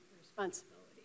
responsibility